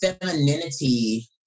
femininity